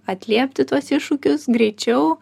atliepti tuos iššūkius greičiau